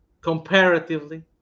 Comparatively